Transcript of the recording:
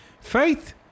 Faith